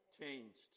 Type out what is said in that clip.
changed